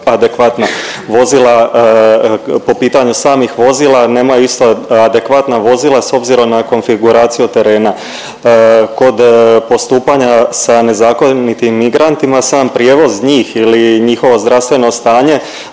po pitanju samih vozila nemaju isto adekvatna vozila s obzirom na konfiguraciju terena. Kod postupanja sa nezakonitim migrantima sam prijevoz njih ili njihovo zdravstveno stanje